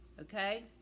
Okay